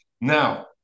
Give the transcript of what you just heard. Now